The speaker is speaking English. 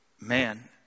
man